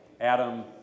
Adam